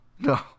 no